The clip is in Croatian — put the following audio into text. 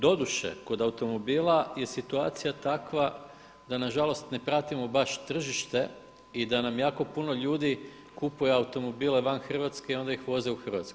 Doduše, kod automobila je situacija takva da nažalost ne pratimo baš tržište i da nam jako puno ljudi kupuje automobile van Hrvatske i onda ih uvoze u Hrvatsku.